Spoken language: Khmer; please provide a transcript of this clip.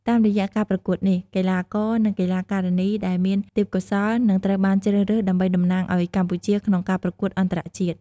តាមរយៈការប្រកួតនេះ កីឡាករនិងកីឡាការិនី ដែលមានទេពកោសល្យនឹងត្រូវបានជ្រើសរើសដើម្បីតំណាងឱ្យកម្ពុជាក្នុងការប្រកួតអន្តរជាតិ។